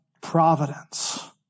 providence